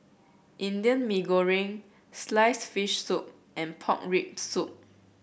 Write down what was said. Indian Mee Goreng sliced fish soup and Pork Rib Soup